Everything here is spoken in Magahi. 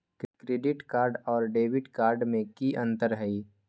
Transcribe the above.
क्रेडिट कार्ड और डेबिट कार्ड में की अंतर हई?